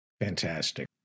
Fantastic